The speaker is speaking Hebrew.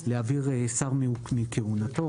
להעביר שר מכהונתו.